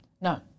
No